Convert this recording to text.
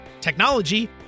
technology